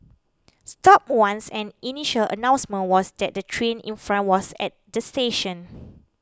stopped once and the initial announcement was that the train in front was at the station